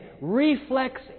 reflex